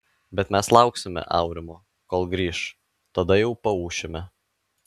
bet mes lauksime aurimo kol grįš tada jau paūšime